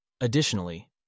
Additionally